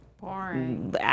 Boring